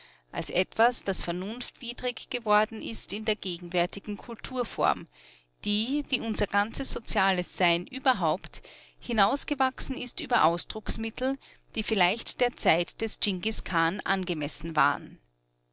als etwas das vernunftwidrig geworden ist in der gegenwärtigen kulturform die wie unser ganzes soziales sein überhaupt hinausgewachsen ist über ausdrucksmittel die vielleicht der zeit des dschingis-khan angemessen waren